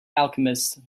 alchemist